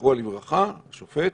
זכרו לברכה, השופט,